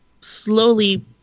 slowly